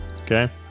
Okay